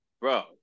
bro